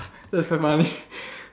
that was so funny